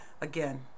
again